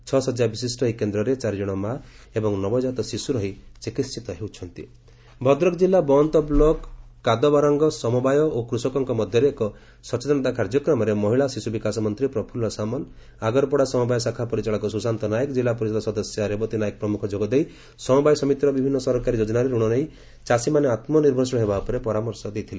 ଛଅ ଶଯ୍ୟା ବିଶିଷ୍ ଏହି କେନ୍ଦ୍ରରେ ଚାରି ଜଶ ମାଁ ଏବଂ ନବଜାତ ଶିଶୁ ରହି ଚିକିସିତ ହେଉଛନ୍ତି ସଚେତନତା କାର୍ଯ୍ୟକ୍ମ ଭଦ୍ରକ ଜିଲ୍ଲା ବନ୍ତ ବ୍ଲଖ କାଦବରାଙ୍ଗଠାରେ ସମବାୟ ଓ କୃଷକଙ୍କ ମଧ୍ଧରେ ଏକ ସଚେତନତା କାର୍ଯ୍ୟକ୍ରମରେ ମହିଳା ଶିଶୁବିକାଶ ମନ୍ତୀ ପ୍ରଫୁଲ୍ଲ ସାମଲ ଆଗରପଡ଼ା ସମବାୟ ଶାଖା ପରିଚାଳକ ସୁଶାନ୍ତ ନାୟକ ଜିଲ୍ଲାପରିଷଦ ସଦସ୍ୟା ରେବତୀ ନାୟକ ପ୍ରମୁଖ ଯୋଗଦେଇ ସମବାୟ ସମିତିର ବିଭିନ୍ ସରକାରୀ ଯୋକନାରେ ଋଣ ନେଇ ଚାଷୀମାନେ ଆତୁନିର୍ଭରଶୀଳ ହେବା ଉପରେ ପରାମର୍ଶ ଦେଇଛନ୍ତି